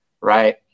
right